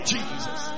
Jesus